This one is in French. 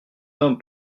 homme